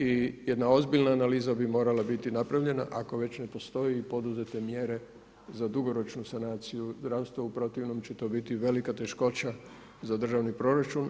I jedna ozbiljan analiza bi morala biti napravljena ako već ne postoji i poduzete mjere za dugoročnu sanaciju zdravstva, u protivnom će to biti velika teškoća za državni proračun.